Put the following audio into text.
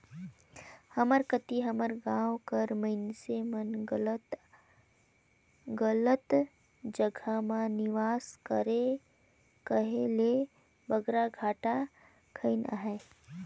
हमर कती हमर गाँव कर मइनसे मन गलत जगहा म निवेस करके कहे ले बगरा घाटा खइन अहें